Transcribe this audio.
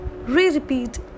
re-repeat